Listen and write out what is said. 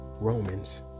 Romans